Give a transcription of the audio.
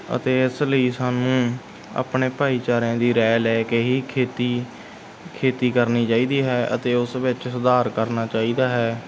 ਅਤੇ ਇਸ ਲਈ ਸਾਨੂੰ ਆਪਣੇ ਭਾਈਚਾਰਿਆਂ ਦੀ ਰਾਏ ਲੈ ਕੇ ਹੀ ਖੇਤੀ ਖੇਤੀ ਕਰਨੀ ਚਾਹੀਦੀ ਹੈ ਅਤੇ ਉਸ ਵਿੱਚ ਸੁਧਾਰ ਕਰਨਾ ਚਾਹੀਦਾ ਹੈ